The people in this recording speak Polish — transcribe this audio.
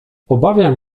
obawiam